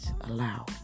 allow